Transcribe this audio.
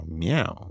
meow